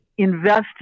invested